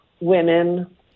women